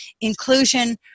inclusion